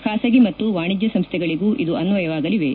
ಖಾಸಗಿ ಮತ್ತು ವಾಣಿಜ್ಯ ಸಂಸ್ಥೆಗಳಿಗೂ ಇದು ಅನ್ವಯವಾಗಲಿವೆ